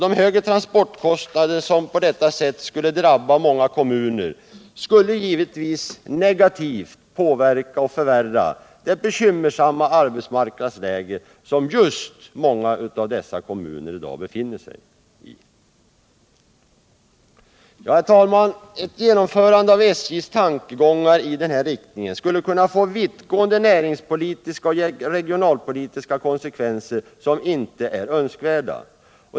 De högre transportkostnader som på detta sätt skulle drabba många kommuner skulle givetvis förvärra det bekymmersamma arbetsmarknadsläge som just många av dessa kommuner i dag befinner sig i. Herr talman! Ett genomförande av SJ:s tankegångar i denna riktning skulle kunna få vittgående näringspolitiska och regionalpolitiska konsekvenser som inte är önskvärda.